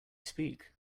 speak